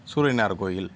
சூரியனார் கோவில்